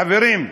חברים,